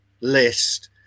list